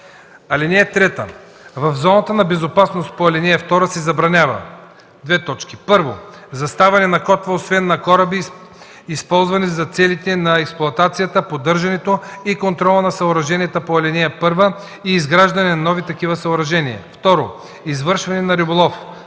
карти. (3) В зоните за безопасност по ал. 2 се забранява: 1. заставане на котва, освен на кораби, използвани за целите на експлоатацията, поддържането и контрола на съоръженията по ал. 1 и изграждане на нови такива съоръжения; 2. извършване на риболов;